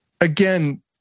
again